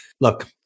look